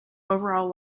overall